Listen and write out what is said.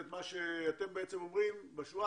הייתי בטוח שהוא יגיד לי, "תשמע, יפתח,